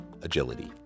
Agility